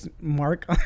mark